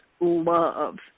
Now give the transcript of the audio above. love